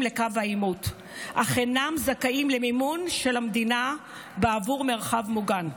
לקו העימות אך אינם זכאים למימון של המדינה בעבור מרחב מוגן.